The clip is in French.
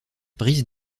brise